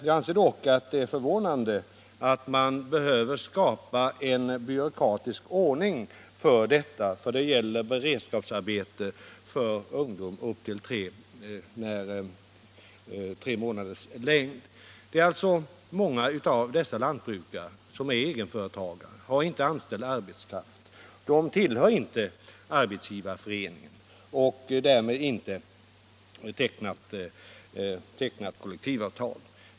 Jag anser dock att det är förvånande att man behöver skapa en byråkratisk ordning för sådant beredskapsarbete för ungdom som pågår upp till tre månader. Många av dessa lantbrukare är egenföretagare och har inte anställd arbetskraft. De tillhör inte arbetsgivarförening och har därmed inte tecknat kollektivavtal.